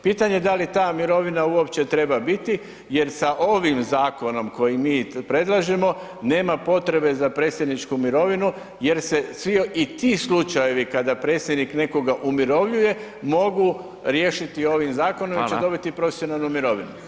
Pitanje da li ta mirovina uopće treba biti jer sa ovim zakonom koji mi predlažemo nema potrebe za predsjedničku mirovinu jer se svi i ti slučajevi kada predsjednik nekoga umirovljuje mogu riješiti ovim zakonom jer će dobiti profesionalnu mirovinu.